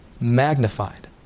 magnified